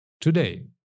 Today